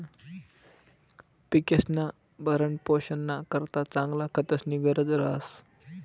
पिकेस्ना भरणपोषणना करता चांगला खतस्नी गरज रहास